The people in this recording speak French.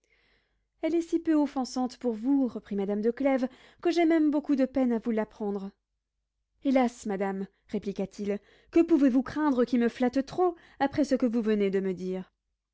elle est si peu offensante pour vous reprit madame de clèves que j'ai même beaucoup de peine à vous l'apprendre hélas madame répliqua-t-il que pouvez-vous craindre qui me flatte trop après ce que vous venez de me dire